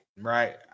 right